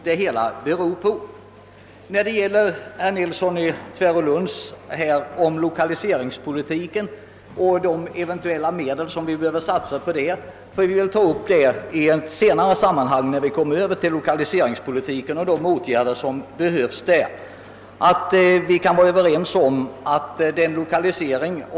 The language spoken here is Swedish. De av herr Nilsson i Tvärålund framförda synpunkterna på lokaliseringspolitiken och de eventuella medel som bör satsas på denna får vi väl ta upp till behandling i ett senare sammanhang då vi kommer över till lokaliseringspolitiken och de i samband med denna erforderliga åtgärderna.